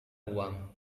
uang